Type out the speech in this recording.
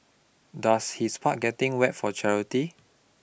does his part getting wet for charity